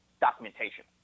documentation